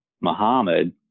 Muhammad